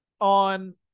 on